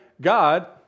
God